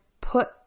put